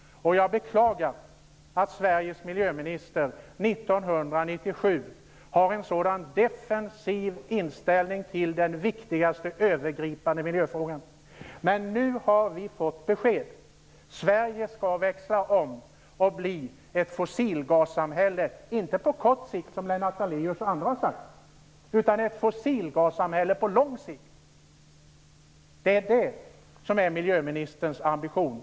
Jag beklagar att Sveriges miljöminister 1997 har en så defensiv inställning till den viktigaste övergripande miljöfrågan. Men nu har vi fått besked: Sverige skall växla om och bli ett fossilgassamhälle - inte på kort sikt, som bl.a. Lennart Daléus har sagt, utan på lång sikt. Det är det som är miljöministerns ambition.